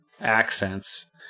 accents